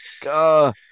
God